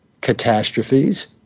catastrophes